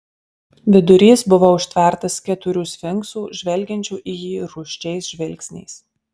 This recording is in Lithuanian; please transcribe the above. vidurys buvo užtvertas keturių sfinksų žvelgiančių į jį rūsčiais žvilgsniais